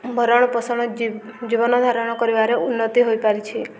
ଭରଣ ପୋଷଣ ଜୀବନ ଧାରଣ କରିବାରେ ଉନ୍ନତି ହୋଇପାରିଛି